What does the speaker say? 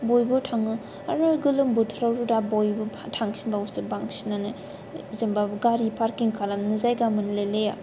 बयबो थाङो आरो गोलोमबोथोराव दा बायबो थांफिनबावयोसो बांसिनानो जेनेबा गारि पार्किं खालामनो जायगा मोनलायलाया